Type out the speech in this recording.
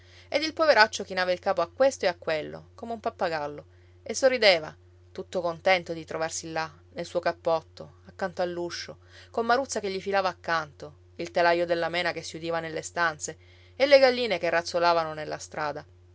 ed il poveraccio chinava il capo a questo e a quello come un pappagallo e sorrideva tutto contento di trovarsi là nel suo cappotto accanto all'uscio con maruzza che gli filava accanto il telaio della mena che si udiva nelle stanze e le galline che razzolavano nella strada